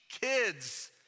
kids